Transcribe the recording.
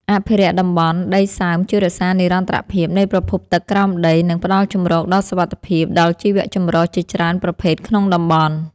អភិរក្សតំបន់ដីសើមជួយរក្សានិរន្តរភាពនៃប្រភពទឹកក្រោមដី និង ផ្ដល់ជម្រកដ៏សុវត្ថិភាពដល់ជីវចម្រុះជាច្រើនប្រភេទក្នុងតំបន់។